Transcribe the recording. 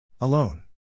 Alone